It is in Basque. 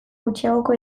gutxiagoko